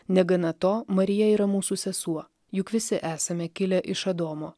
negana to marija yra mūsų sesuo juk visi esame kilę iš adomo